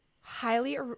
Highly